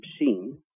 obscene